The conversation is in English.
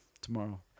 Tomorrow